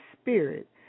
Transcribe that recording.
Spirit